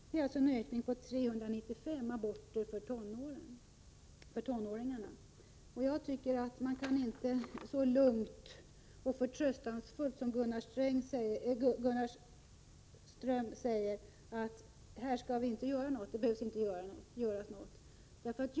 Det är alltså en ökning med 395 aborter på tonåringar. Jag tycker inte att man som Gunnar Ström lugnt och förtröstansfullt kan säga att det inte behöver göras något.